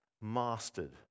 mastered